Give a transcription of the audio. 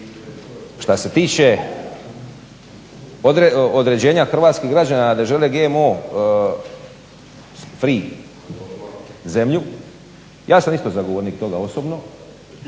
Što se tiče određenja hrvatskih građana da ne žele GMO free zemlju, ja sam isto zagovornik toga osobno